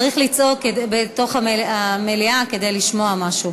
צריך לצעוק בתוך המליאה כדי לשמוע משהו.